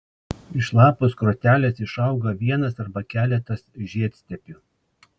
iš lapų skrotelės išauga vienas arba keletas žiedstiebių